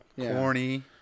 Corny